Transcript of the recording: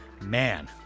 man